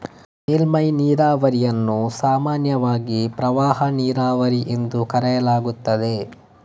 ಮೇಲ್ಮೈ ನೀರಾವರಿಯನ್ನು ಸಾಮಾನ್ಯವಾಗಿ ಪ್ರವಾಹ ನೀರಾವರಿ ಎಂದು ಕರೆಯಲಾಗುತ್ತದೆ